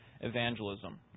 evangelism